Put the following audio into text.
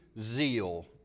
zeal